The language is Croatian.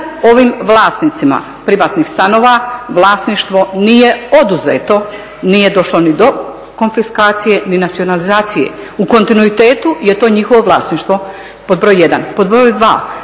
ovim vlasnicima privatnih stanova vlasništvo nije oduzeto, nije došlo ni do konfiskacije ni nacionalizacije. U kontinuitetu je to njihovo vlasništvo, pod broj 1. Pod broj 2.,